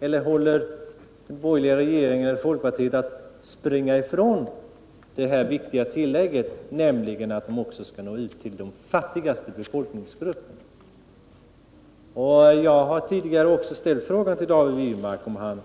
Eller håller regeringen och folkpartiet på att springa ifrån det viktiga tillägget att hjälpen också skall nå ut till de fattigaste befolkningsgrupperna? Tidigare har jag också frågat David Wirmark, om han